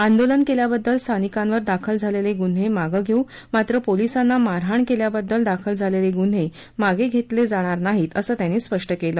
आंदोलन केल्याबद्दल स्थानिकांवर दाखल झालेले गुन्हे मागं घेऊ मात्र पोलीसांना मारहाण केल्याबद्दल दाखल झालेले गुन्हे मागं घेतले जाणार नाहीत असं त्यांनी स्पष्ट केलं